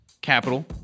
capital